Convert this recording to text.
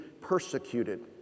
persecuted